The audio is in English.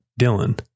Dylan